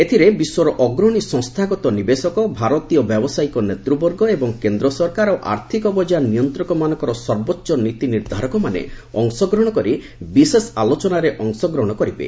ଏଥିରେ ବିଶ୍ୱର ଅଗ୍ରଣୀ ସଂସ୍ଥାଗତ ନିବେଶକ ଭାରତୀୟ ବ୍ୟାବସାୟିକ ନେତୃବର୍ଗ ଏବଂ କେନ୍ଦ୍ର ସରକାର ଓ ଆର୍ଥକ ବଙ୍ଗାର ନିୟନ୍ତକମାନଙ୍କର ସର୍ବୋଚ୍ଚ ନୀତି ନିର୍ଦ୍ଧାରକମାନେ ଅଂଶଗ୍ରହଣ କରି ବିଶେଷ ଆଲୋଚନାରେ ଅଂଶଗ୍ରହଣ କରିବେ